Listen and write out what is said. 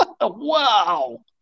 Wow